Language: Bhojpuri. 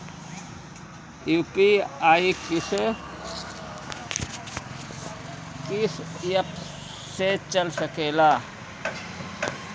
यू.पी.आई किस्से कीस एप से चल सकेला?